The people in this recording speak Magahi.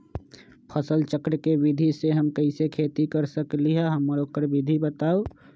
फसल चक्र के विधि से हम कैसे खेती कर सकलि ह हमरा ओकर विधि बताउ?